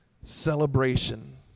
celebration